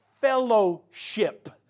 fellowship